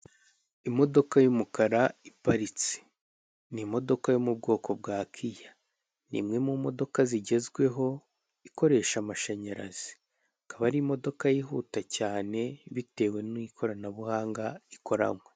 Imodoka y'umukara iparitse ni imodoka yo mu bwoko bwa kiya, ni imwe mu modoka zigezweho ikoresha amashanyarazi, ikaba ari imodoka yihuta cyane bitewe n'ikoranabuhanga ikoranywe.